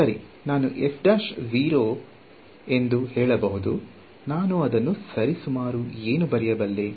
ಸರಿ ನಾನು ಎಂದು ಹೇಳಬಹುದು ನಾನು ಅದನ್ನು ಸರಿಸುಮಾರು ಏನು ಎಂದು ಬರೆಯಬಲ್ಲೆ